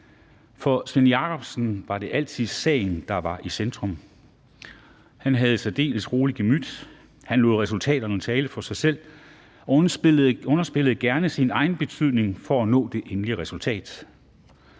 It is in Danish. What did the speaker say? For Svend Jakobsen var det altid sagen, der var i centrum. Han havde et særdeles roligt gemyt, han lod resultaterne tale for sig selv og underspillede gerne sin egen betydning for at nå det endelige resultat.